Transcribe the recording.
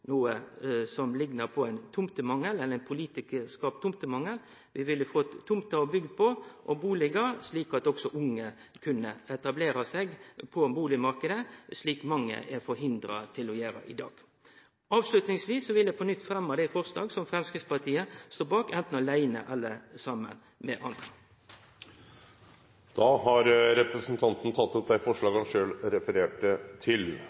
noko som liknar ein politikarskapt tomtemangel. Vi ville fått tomter å byggje på og bustader, slik at også dei unge kunne etablere seg på bustadmarknaden, som mange er forhindra frå å gjere i dag. Avslutningsvis vil eg på nytt fremje dei forslaga som Framstegspartiet står bak enten aleine eller saman med andre. Representanten Gjermund Hagesæter har teke opp dei forslaga han refererte til.